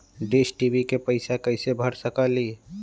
Dish TV के पैईसा कईसे भर सकली?